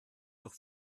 durch